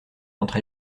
entre